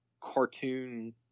cartoon